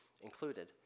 included